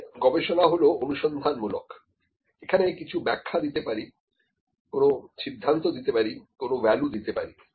আমাদের গবেষণা হল অনুসন্ধান মূলক এখানে কিছু ব্যাখ্যা দিতে পারি কোন সিদ্ধান্ত দিতে পারি কোন ভ্যালু দিতে পারি